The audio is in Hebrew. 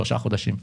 שלושה חודשים.